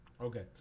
Okay